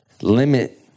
limit